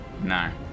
no